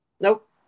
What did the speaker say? Nope